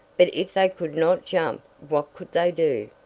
but if they could not jump what could they do?